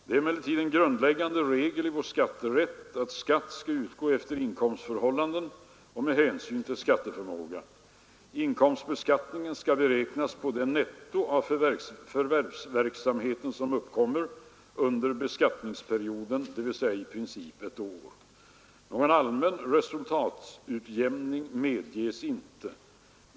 Det är emellertid en grundläggande regel i vår skatterätt att skatt skall utgå efter inkomstförhållanden och med hänsyn till skatteförmåga. Inkomstbeskattningen skall beräknas på det netto av förvärvsverksamheten som uppkommer under beskattningsperioden, dvs. i princip ett år. Någon allmän resultatutjämning medges inte.